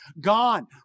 gone